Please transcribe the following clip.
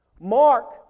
Mark